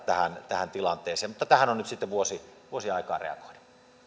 tähän tähän tilanteeseen mutta tähän on nyt sitten vuosi vuosi aikaa reagoida